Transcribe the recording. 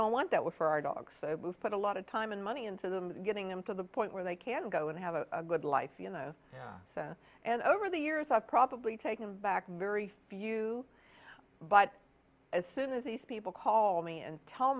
don't want that work for our dogs so move but a lot of time and money into them getting them to the point where they can go and have a good life you know and over the years i've probably taken back very few but as soon as these people call me and tell